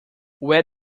where